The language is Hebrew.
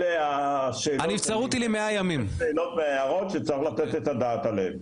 אלה השאלות והערות שצריך לתת את הדעת עליהן.